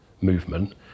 movement